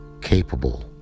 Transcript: capable